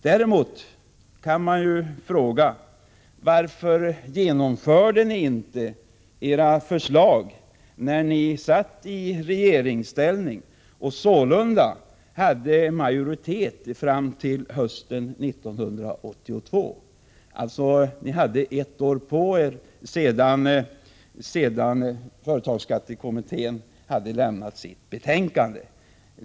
Däremot kan man fråga: Varför genomförde ni inte era förslag när ni satt i regeringsställning och sålunda hade majoritet fram till hösten 1982? Ni hade ett år på er sedan företagsskattekommittén hade lämnat sitt betänkande.